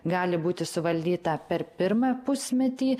gali būti suvaldyta per pirmą pusmetį